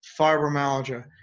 fibromyalgia